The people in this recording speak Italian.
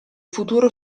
futuro